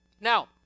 Now